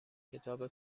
کتاب